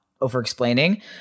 over-explaining